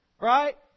Right